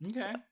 Okay